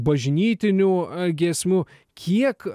bažnytinių giesmių kiek